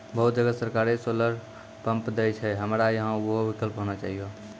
बहुत जगह सरकारे सोलर पम्प देय छैय, हमरा यहाँ उहो विकल्प होना चाहिए?